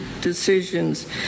decisions